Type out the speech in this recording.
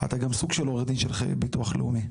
אתה גם סוג של עורך דין שחי על ביטוח לאומי?